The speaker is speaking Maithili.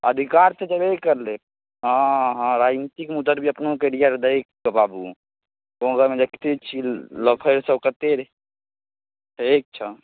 अधिकार तऽ देबे करलै हँ हँ राजनीतिकमे उतरबही अपनो कैरिअर देखिके बाबू तोहर गाँवमे देखते छी लफैलसब कतेक ठीक छऽ